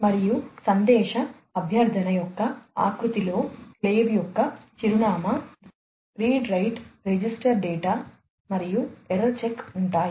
మరియు సందేశ అభ్యర్థన యొక్క ఆకృతిలో స్లేవ్ యొక్క చిరునామా రీడ్ రైట్ రిజిస్టర్ డేటా మరియు ఎర్రర్ చెక్ ఉంటాయి